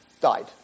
died